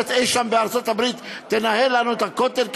אי-שם בארצות-הברית תנהל לנו כאן את הכותל,